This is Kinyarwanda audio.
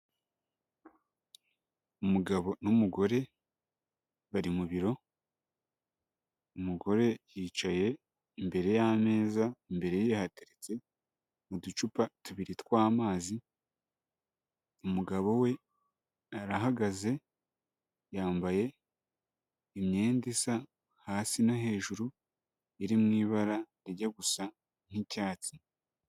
Umugabo n'umugore bari mu biro, umugore yicaye imbere y'ameza, imbere ye hateretse uducupa tubiri tw'amazi, umugabo we arahagaze yambaye imyenda isa hasi no hejuru iri mu ibara rijya gusa nk'icyatsi.